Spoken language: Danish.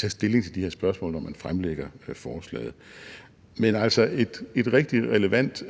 tage stilling til de her spørgsmål, når man fremlægger et forslag. Men altså, det er et rigtig relevant